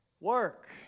work